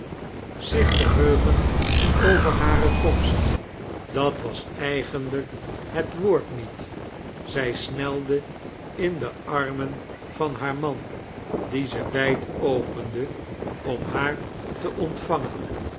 zich verheugen over hare komst dat was eigenlijk het woord niet zij snelde in de annen van haar man die ze wijd opende om haar te ontvangen